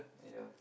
yeah